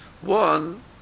one